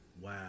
Wow